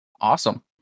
Awesome